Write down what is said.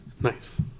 Nice